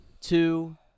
two